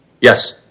Yes